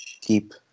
Keep